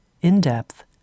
in-depth